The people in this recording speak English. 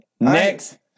Next